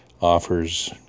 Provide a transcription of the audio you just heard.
offers